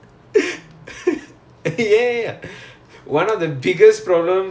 the f~ the hell [what]